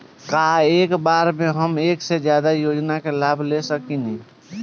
का एक बार में हम एक से ज्यादा योजना का लाभ ले सकेनी?